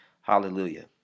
Hallelujah